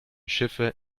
schiffe